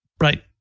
Right